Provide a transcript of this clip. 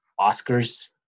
Oscars